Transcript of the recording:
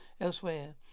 elsewhere